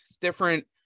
different